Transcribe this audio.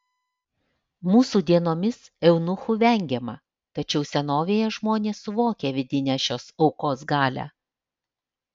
mūsų dienomis eunuchų vengiama tačiau senovėje žmonės suvokė vidinę šios aukos galią